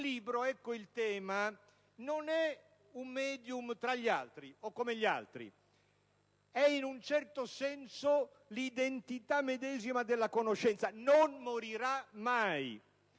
libro - ecco il tema - non è un *medium* tra gli altri o come gli altri: è, in un certo senso, l'identità medesima della conoscenza. Non morirà mai,